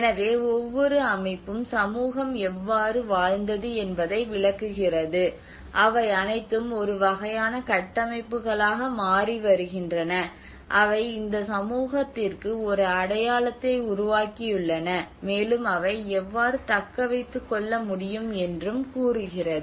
எனவே ஒவ்வொரு அமைப்பும் சமூகம் எவ்வாறு வாழ்ந்தது என்பதை விளக்குகிறது அவை அனைத்தும் ஒரு வகையான கட்டமைப்புகளாக மாறி வருகின்றன அவை இந்த சமூகத்திற்கு ஒரு அடையாளத்தை உருவாக்கியுள்ளன மேலும் அவை எவ்வாறு தக்கவைத்துக் கொள்ள முடியும் என்றும் கூறுகிறது